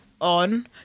on